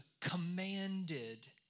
commanded